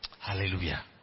Hallelujah